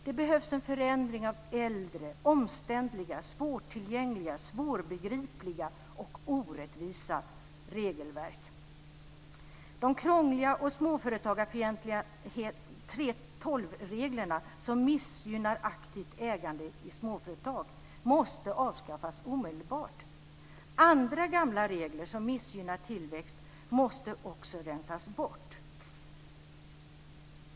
Det behövs en förändring av äldre, omständliga, svårtillgängliga, svårbegripliga och orättvisa regelverk. De krångliga och småföretagarfientliga 3:12 reglerna, som missgynnar aktivt ägande i småföretag måste avskaffas omedelbart. Andra gamla regler som missgynnar tillväxt måste också rensas bort.